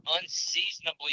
unseasonably